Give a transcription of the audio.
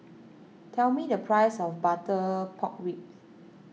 tell me the price of Butter Pork Ribs